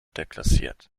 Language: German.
deklassiert